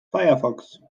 firefox